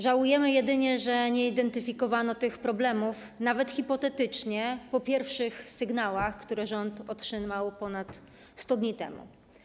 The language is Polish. Żałujemy jedynie, że nie identyfikowano tych problemów, nawet hipotetycznie, po pierwszych sygnałach, które rząd otrzymał ponad 100 dni temu.